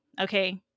okay